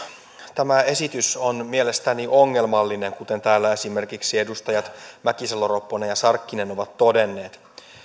tämä esitys on mielestäni ongelmallinen kuten täällä esimerkiksi edustajat mäkisalo ropponen ja sarkkinen ovat todenneet